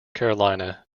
carolina